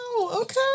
Okay